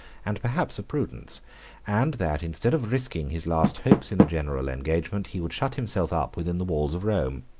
and perhaps of prudence and that, instead of risking his last hopes in a general engagement, he would shut himself up within the walls of rome.